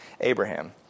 Abraham